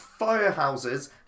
firehouses